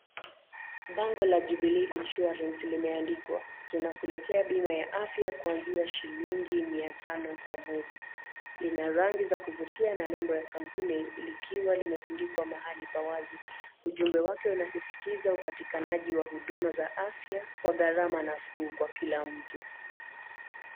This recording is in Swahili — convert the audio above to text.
Bango la Jubilee Insurance limeandikwa, tunakuletea bima ya afya kuanzia shilingi mia tano kwa mwezi . Ina rangi la kuvitia na nembo ya kampuni likiwa limetundikwa kwa eneo la wazi, ujumbe wake inasisitiza upatikanaji wa huduma za afya kwa gharama nafuu kwa kila mtu.